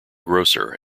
grocer